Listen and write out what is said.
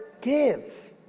give